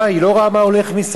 מה, היא לא רואה מה הולך מסביב?